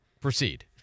Proceed